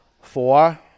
Four